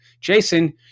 Jason